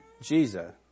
Jesus